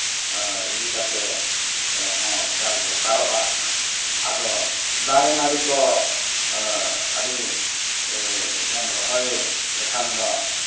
ᱤᱫᱤ ᱠᱟᱛᱮᱫ ᱨᱮᱦᱚᱸ ᱠᱷᱮᱭᱟᱞ ᱫᱚᱨᱠᱟᱨᱚᱜᱼᱟ ᱟᱫᱚ ᱫᱟᱨᱮ ᱱᱟᱹᱲᱤ ᱠᱚ ᱟᱹᱰᱤ ᱵᱚᱱ ᱨᱚᱦᱚᱭ ᱞᱮᱠᱷᱟᱱ ᱫᱚ